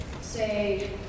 say